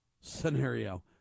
scenario